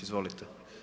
Izvolite.